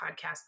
podcast